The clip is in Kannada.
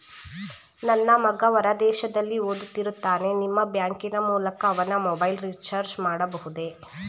ನನ್ನ ಮಗ ಹೊರ ದೇಶದಲ್ಲಿ ಓದುತ್ತಿರುತ್ತಾನೆ ನಿಮ್ಮ ಬ್ಯಾಂಕಿನ ಮೂಲಕ ಅವನ ಮೊಬೈಲ್ ರಿಚಾರ್ಜ್ ಮಾಡಬಹುದೇ?